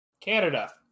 Canada